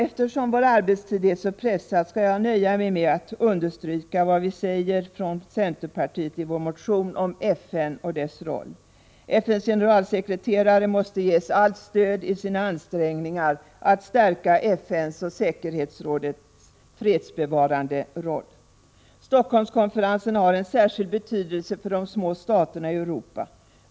Eftersom vår arbetstid är pressad skall jag nöja mig med att understryka vad vi i centerpartiet säger om FN och dess roll. FN:s generalsekreterare måste ges allt stöd i sina ansträngningar att stärka FN:s och säkerhetsrådets fredsbevarande roll. Stockholmskonferensen har en särskild betydelse för de små staterna i Europa.